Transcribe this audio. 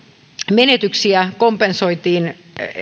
menetyksiä kompensoitiin